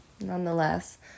nonetheless